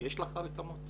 יש לך רתמות?